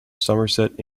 somerset